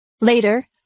Later